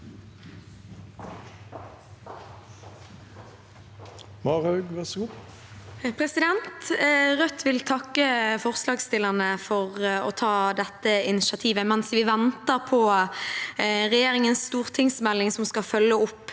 Rødt vil takke for- slagsstillerne for å ta dette initiativet mens vi venter på regjeringens stortingsmelding som skal følge opp